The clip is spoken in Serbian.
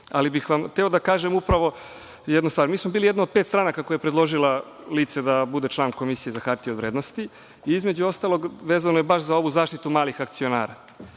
bih vam hteo da kažem upravo jednu stvar, mi smo bili jedno od pet stranaka koja je predložila lice da bude član Komisije za hartije od vrednosti. Između ostalog vezano je baš za ovu zaštitu malih akcionara.